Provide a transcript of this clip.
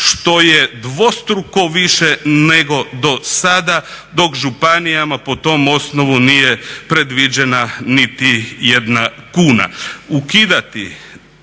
što je dvostruko više nego dosada dok županijama po tom osnovu nije predviđena niti jedna kuna.